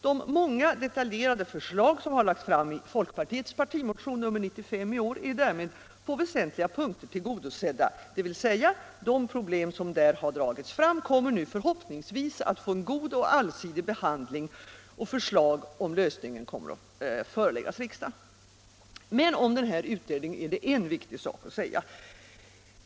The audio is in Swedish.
De många detaljerade förslag som lagts fram i folkpartiets partimotion 95 i år är därmed på väsentliga punkter tillgodosedda, dvs. de problem som där har dragits fram kommer nu förhoppningsvis att få en god och allsidig behandling, och förslag till deras lösning kommer att föreläggas riksdagen. Om denna utredning är det emellertid en viktig sak att säga.